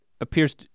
appears